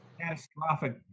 catastrophic